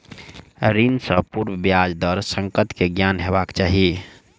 ऋण सॅ पूर्व ब्याज दर संकट के ज्ञान हेबाक चाही